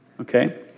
Okay